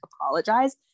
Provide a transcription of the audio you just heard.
apologize